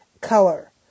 color